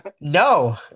No